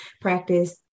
practice